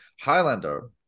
Highlander